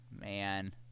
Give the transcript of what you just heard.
man